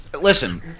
Listen